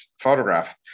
photograph